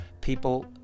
people